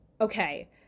okay